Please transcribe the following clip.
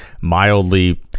mildly